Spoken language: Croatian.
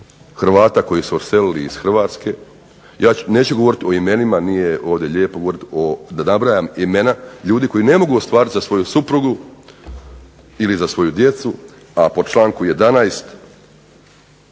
Hrvata koji su odselili iz Hrvatske. Ja neću govoriti o imenima, nije ovdje lijepo govoriti o, da nabrajam imena ljudi koji ne mogu ostvariti za svoju suprugu ili za svoju djecu, a po članku 11.